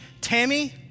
Tammy